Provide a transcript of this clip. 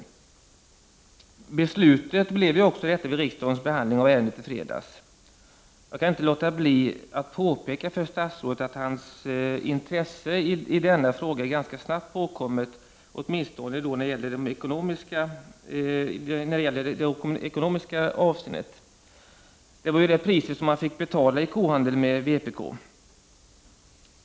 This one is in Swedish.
Beslutet blev också detta vid riksdagens behandling av ärendet i fredags. Jag kan inte låta bli att påpeka för statsrådet att hans intresse i denna fråga är ganska snabbt påkommet, åtminstone när det gäller ekonomiska avseenden. Det var ju det priset som han fick betala i kohandeln med vpk.